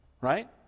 right